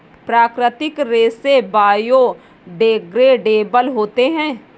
प्राकृतिक रेसे बायोडेग्रेडेबल होते है